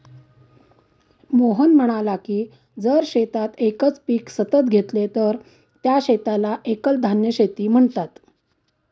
मोहन म्हणाला की जर शेतात एकच पीक सतत घेतले तर त्या शेताला एकल धान्य शेती म्हणतात